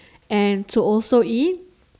and to also eat